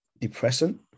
depressant